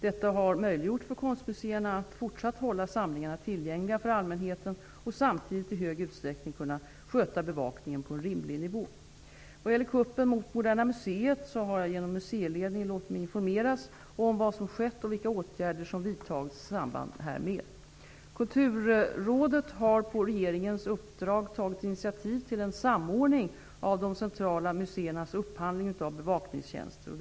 Detta har möjliggjort för konstmuseerna att fortsatt hålla samlingarna tillgängliga för allmänheten och samtidigt i stor utsträckning kunna sköta bevakningen på en rimlig nivå. Vad gäller kuppen mot Moderna museet har jag genom museiledningen låtit mig informeras om vad som skett och vilka åtgärder som vidtagits i samband härmed. Kulturrådet har på regeringens uppdrag tagit initiativ till en samordning av de centrala museernas upphandling av bevakningstjänster.